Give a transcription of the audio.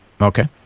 Okay